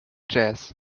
jazz